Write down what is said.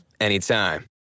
anytime